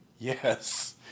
Yes